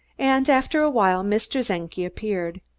and after a while mr. czenki appeared.